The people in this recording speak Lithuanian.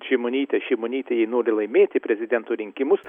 šimonytė šimonytė jei nori laimėti prezidento rinkimus